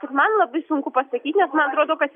kur man labai sunku pasakyti man atrodo kad